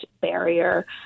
barrier